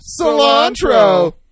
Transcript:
Cilantro